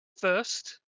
first